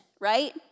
right